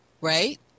right